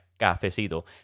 cafecito